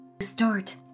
start